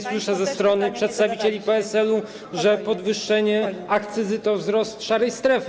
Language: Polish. Słyszę ze strony przedstawicieli PSL-u, że podwyższenie akcyzy to wzrost szarej strefy.